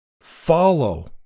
follow